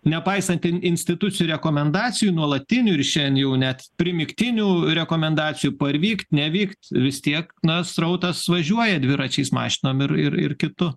nepaisant in institucijų rekomendacijų nuolatinių ir šiandien jau net primygtinių rekomendacijų parvykt nevykt vis tiek na srautas važiuoja dviračiais mašinomis ir ir ir kitu